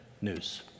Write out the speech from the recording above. news